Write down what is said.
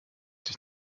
sich